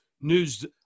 news